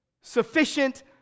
sufficient